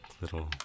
little